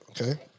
Okay